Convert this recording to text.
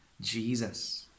Jesus